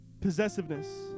Possessiveness